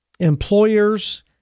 Employers